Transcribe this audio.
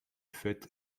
fait